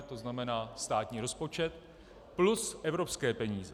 To znamená státní rozpočet plus evropské peníze.